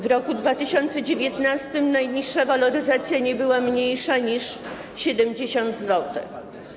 W roku 2019 najniższa waloryzacja nie była mniejsza niż 70 zł.